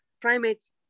primates